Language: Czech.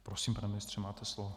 Prosím, pane ministře, máte slovo.